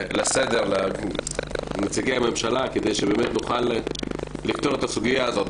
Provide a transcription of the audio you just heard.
לסדר את נציגי הממשלה כדי שנוכל לפתור את הסוגיה הזאת,